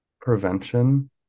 prevention